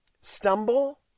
stumble